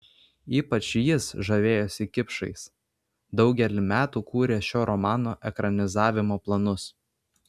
ypač jis žavėjosi kipšais daugelį metų kūrė šio romano ekranizavimo planus